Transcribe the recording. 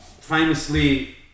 famously